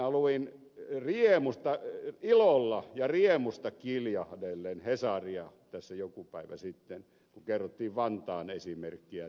minä luin ilolla ja riemusta kiljahdellen hesaria tässä joku päivä sitten kun kerrottiin vantaan esimerkkiä työpaja kaikille